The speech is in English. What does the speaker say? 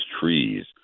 trees